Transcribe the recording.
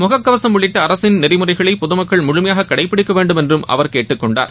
முகக்கவசம் உள்ளிட்ட அரசின் நெறிமுறைகளை பொதுமக்கள் முழுமையாக கடைபிடிக்கவேண்டும் என்றும் அவர் கேட்டுக்கொண்டார்